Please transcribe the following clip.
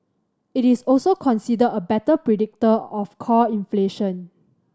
it is also considered a better predictor of core inflation